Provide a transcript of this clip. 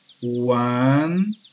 One